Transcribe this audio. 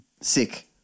Sick